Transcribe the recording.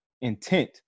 intent